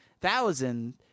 thousand